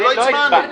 על זה לא הצבענו.